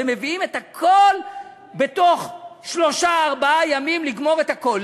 ומביאים את הכול בתוך שלושה ארבעה ימים לגמור את הכול.